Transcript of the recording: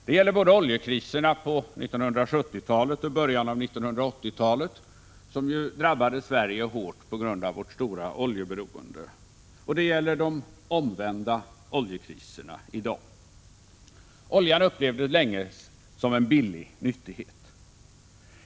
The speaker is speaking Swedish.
Det gäller både oljekriserna på 1970-talet och början av 1980-talet, som ju drabbade Sverige hårt på grund av vårt stora oljeberoende, och de omvända oljekriserna i dag. Oljan upplevdes länge som en billig nyttighet.